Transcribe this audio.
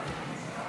תוצאות